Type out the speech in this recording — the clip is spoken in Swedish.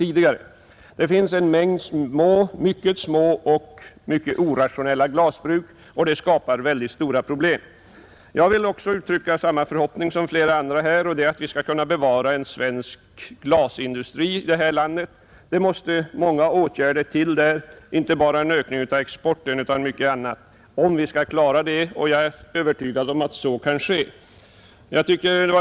Vi har nu en mängd mycket små, icke rationella glasbruk, och det skapar stora problem. Jag vill uttrycka samma förhoppning som flera tidigare talare har gjort, nämligen att vi måtte kunna bevara en svensk glasindustri här i landet. Där måste emellertid till många åtgärder, inte bara en ökning av exporten utan också mycket annat. Men jag är övertygad om att vi kan klara den saken.